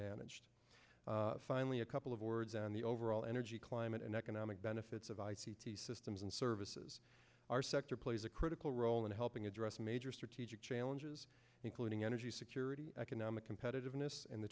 managed finally a couple of words on the overall energy climate and economic benefits of i c t systems and services our sector plays a critical role in helping address major strategic challenges including energy security economic competitiveness and the